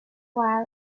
while